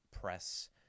press